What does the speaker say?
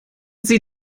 sie